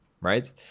right